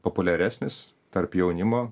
populiaresnis tarp jaunimo